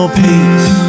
peace